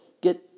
get